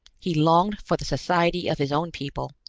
he longed for the society of his own people,